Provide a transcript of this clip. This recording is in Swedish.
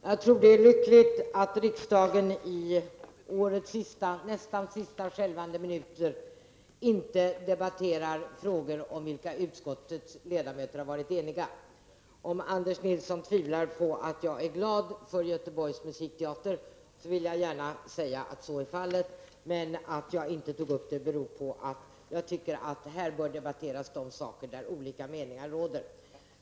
Herr talman! Jag tror att det är lyckligt om riksdagen i årets nästan sista skälvande minuter inte debatterar frågor om vilka utskottets ledamöter har varit eniga. Om Anders Nilsson tvivlar på att jag är glad för Göteborgs musikteater så vill jag gärna säga att så är fallet. Att jag inte tog upp den beror på att jag tycker att här bör debatteras de saker där olika meningar råder.